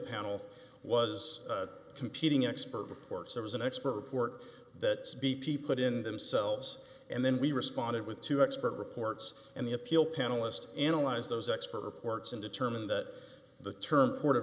panel was competing expert reports there was an expert report that speech he put in themselves and then we responded with two expert reports and the appeal panelist analyzed those expert reports and determined that the term